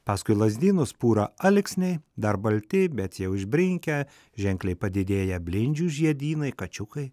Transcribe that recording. paskui lazdynus pūrą alksniai dar balti bet jau išbrinkę ženkliai padidėję blindžių žiedynai kačiukai